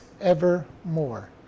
evermore